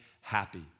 happy